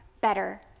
better